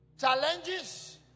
Challenges